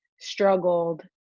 struggled